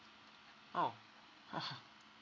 oh !oho!